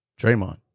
Draymond